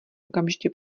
okamžitě